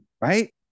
Right